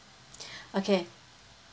okay